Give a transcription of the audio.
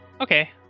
Okay